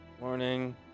Morning